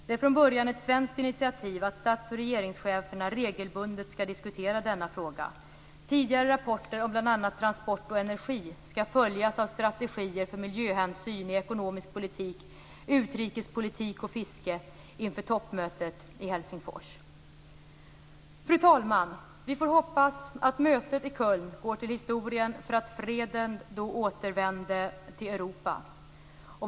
Det är från början ett svenskt initiativ att stats och regeringscheferna regelbundet skall diskutera denna fråga. Tidigare rapporter om bl.a. transport och energi skall följas av strategier för miljöhänsyn i ekonomisk politik, utrikespolitik och fiske inför toppmötet i Helsingfors. Fru talman! Vi får hoppas att mötet i Köln går till historien för att freden då återvände till Europa.